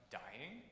dying